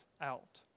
out